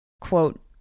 Quote